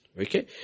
Okay